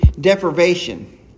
deprivation